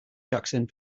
jackson